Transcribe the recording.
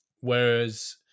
whereas